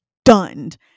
stunned